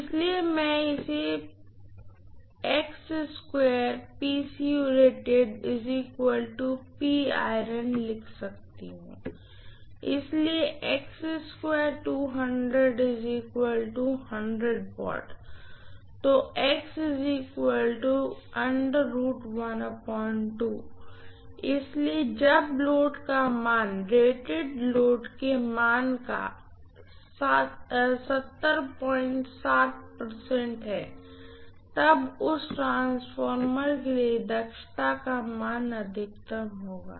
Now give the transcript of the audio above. इसलिए मैं इसे लिख सकती हूँ इसलिए W तो इसलिए जब लोड का मान रेटेड लोड के मान का है तब उस ट्रांसफॉर्मर के लिए दक्षता का मान अधिकतम होगा